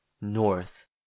north